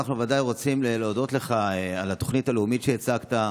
אנחנו ודאי רוצים להודות לך על התוכנית הלאומית שהצגת,